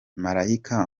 marayika